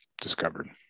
discovered